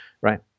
right